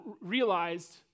realized